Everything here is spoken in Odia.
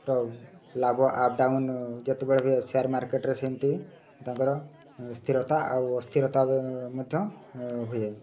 ର ଲାଭ ଅପ୍ ଡ଼ାଉନ୍ ଯେତେବେଳେ ହୁଏ ସେୟାର୍ ମାର୍କେଟ୍ରେ ସେମିତି ତାଙ୍କର ସ୍ଥିରତା ଆଉ ଅସ୍ଥିରତା ମଧ୍ୟ ହୁଏ